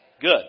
Good